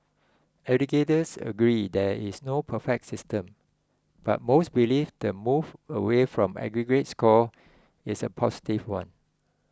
educators agree there is no perfect system but most believe the move away from aggregate scores is a positive one